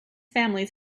families